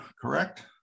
correct